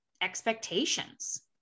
expectations